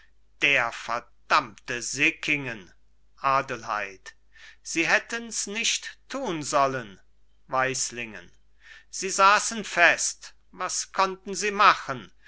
der verdammte sickingen adelheid sie hätten's nicht tun sollen weislingen sie saßen fest was konnten sie machen